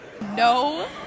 No